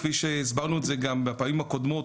כפי שהסברנו את זה גם בפעמים הקודמות,